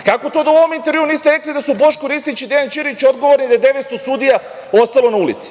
i kako to da u ovom intervjuu niste rekli da su Boško Ristić i Dejan Ćirić, odgovorni da je 900 sudija ostalo na ulici.